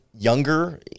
younger